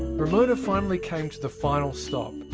ramona finally came to the final stop.